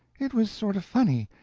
it was sort of funny,